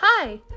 Hi